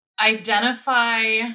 identify